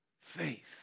Faith